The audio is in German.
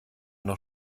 noch